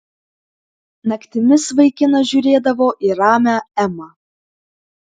naktimis vaikinas žiūrėdavo į ramią emą